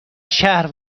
شهر